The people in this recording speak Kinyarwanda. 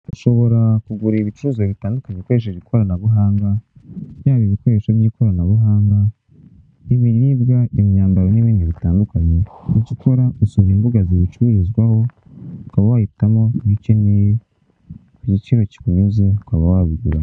Ushobora kugura ibicuruzwa bitandukanye ukoresheje ikoranabuhaanga yaba ibikoresho y'ikoranabuhanga, ibiribwa, imyambaro n'ibindi bitandukanye wowe icyo ukora usura imbuga bicururizwaho ukaba wahitamo ibyo ukeneye ku giciro kikunogeye ukaba wabigura.